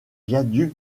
viaduc